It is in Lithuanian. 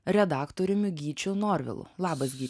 redaktoriumi gyčiu norvilu labas gyti